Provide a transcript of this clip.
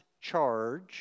charge